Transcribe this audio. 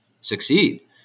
succeed